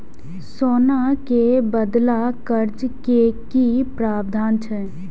सोना के बदला कर्ज के कि प्रावधान छै?